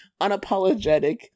unapologetic